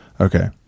okay